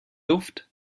luft